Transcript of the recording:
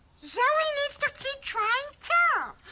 zoe needs to keep trying too.